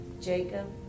Jacob